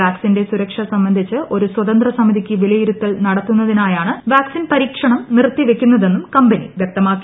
വാക്സിന്റെ സുരക്ഷ സംബന്ധിച്ചു ഒരു സ്വതന്ത്ര സമിതിക്ക് വിലയിരുത്തൽ നടത്തുന്നതിനായാണ് വാക്സിൻ പരീക്ഷണം നിർത്തിവെക്കുന്നതെന്നും കമ്പനി വ്യക്തമാക്കി